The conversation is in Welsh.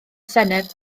senedd